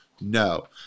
no